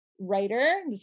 writer